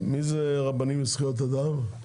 מי זה רבנים לזכויות אדם?